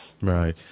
Right